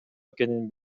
экенин